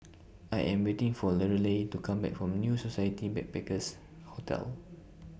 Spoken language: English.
I Am waiting For Lorelei to Come Back from New Society Backpackers' Hotel